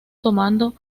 tomado